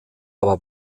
aber